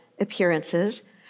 appearances